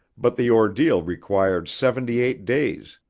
but the ordeal required seventy-eight days,